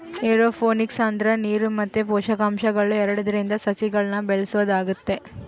aeroponics ಅಂದ್ರ ನೀರು ಮತ್ತೆ ಪೋಷಕಾಂಶಗಳು ಎರಡ್ರಿಂದ ಸಸಿಗಳ್ನ ಬೆಳೆಸೊದಾಗೆತೆ